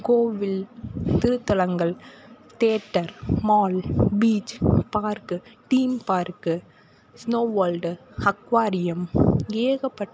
கோவில் திருத்தலங்கள் theatre mall beach park theme park snow world aquarium ஏகப்பட்ட